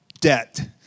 debt